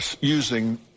using